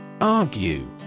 ARGUE